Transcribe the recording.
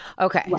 Okay